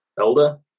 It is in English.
Elder